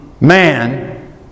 man